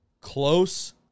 close